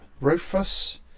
Rufus